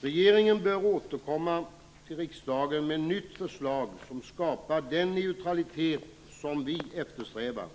Regeringen bör återkomma till riksdagen med ett nytt förslag som skapar den neutralitet som vi eftersträvar.